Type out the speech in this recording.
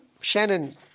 Shannon